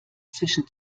zwischen